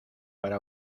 para